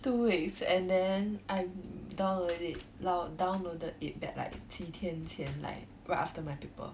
two weeks and then I downloaded it down~ downloaded it at like 几天前 like right after my paper